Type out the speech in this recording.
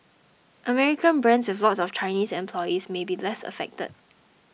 American brands with lots of Chinese employees may be less affected